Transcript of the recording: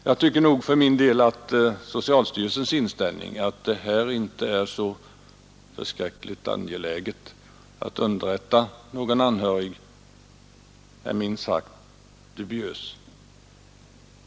Jag tycker för min del att socialstyrelsens inställning att det inte är så förskräckligt angeläget att underrätta någon anhörig är minst sagt dubiös.